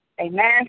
Amen